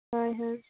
ᱦᱳᱭ ᱦᱳᱭ